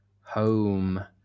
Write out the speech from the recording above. home